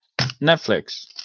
Netflix